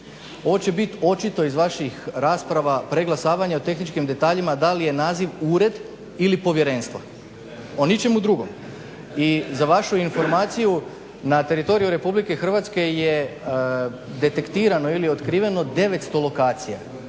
Ovo će biti očito iz vaših rasprava preglasavanje o tehničkim detaljima da li je naziv ured ili povjerenstvo. O ničemu drugom. I za vašu informaciju na teritoriju RH je detektirano ili otkriveno 900 lokacija.